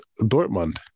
Dortmund